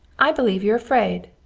i believe you're afraid.